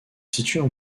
situent